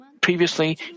Previously